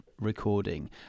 recording